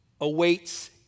awaits